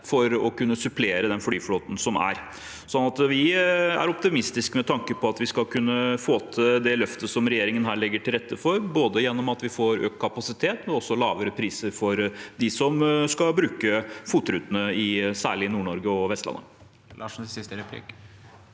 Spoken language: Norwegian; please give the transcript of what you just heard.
for å kunne supplere den flyflåten som er, så vi er optimistiske med tanke på at vi skal kunne få til det løftet som regjeringen her legger til rette for, gjennom at vi får både økt kapasitet og lavere priser for dem som skal bruke FOT-rutene i særlig Nord-Norge og på Vestlandet.